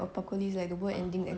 um hmm